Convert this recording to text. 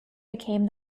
became